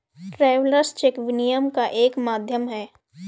travellers cheque विनिमय का एक माध्यम है